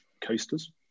coasters